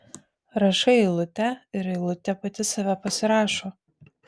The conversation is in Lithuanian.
rašai eilutę ir eilutė pati save pasirašo